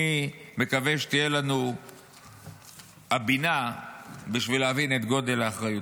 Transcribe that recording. אני מקווה שתהיה לנו הבינה להבין את גודל האחריות.